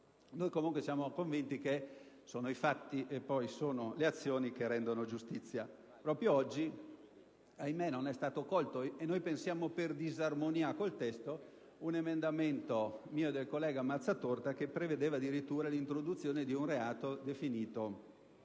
Noi comunque siamo convinti che siano i fatti e le azioni a rendere poi giustizia. Proprio oggi, ahimè, non è stato accolto - noi pensiamo per disarmonia con il testo - un emendamento mio e del collega Mazzatorta che prevedeva addirittura l'introduzione di un reato definito